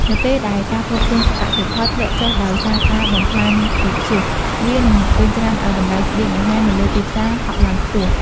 នៅពេលដែលការផ្គត់ផ្គង់កសិផលធ្លាក់ចុះដោយសារការបំផ្លាញពីព្យុះ វានឹងរុញច្រានឱ្យតម្លៃស្បៀងអាហារនៅលើទីផ្សារហក់ឡើងខ្ពស់។